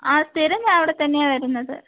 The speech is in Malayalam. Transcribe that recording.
ആ സ്ഥിരം ഞാൻ ഇവിടെത്തന്നെയാണ് വരുന്നത്